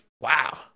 wow